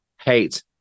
hate